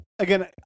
Again